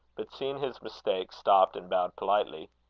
but seeing his mistake, stopped, and bowed politely.